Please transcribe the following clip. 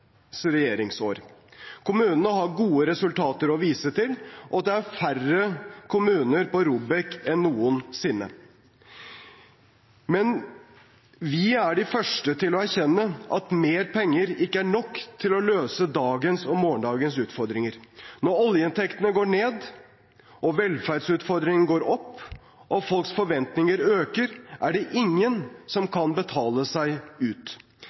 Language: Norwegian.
Kommunene har gode resultater å vise til, og det er færre kommuner på ROBEK-listen enn noensinne. Men vi er de første til å erkjenne at mer penger ikke er nok til å løse dagens og morgendagens utfordringer. Når oljeinntektene går ned, velferdsutfordringene går opp og folks forventninger øker, er det ingen som kan betale seg ut.